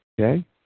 okay